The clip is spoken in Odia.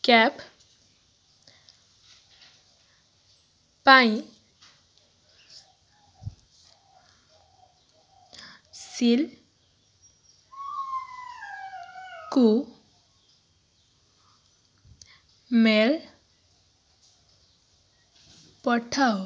କ୍ୟାପ୍ ପାଇଁ ସିଲ୍ କୁ ମେଲ୍ ପଠାଅ